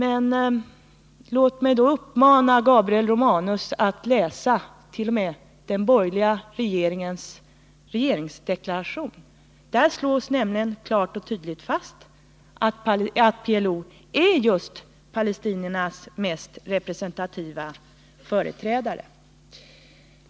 Jag vill då uppmana Gabriel Romanus att läsa den borgerliga regeringens regeringsdeklaration. T. o. m. där slås nämligen klart och tydligt fast att just PLO är palestiniernas mest representativa företrädare.